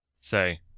Say